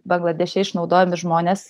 bangladeše išnaudojami žmonės